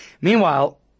meanwhile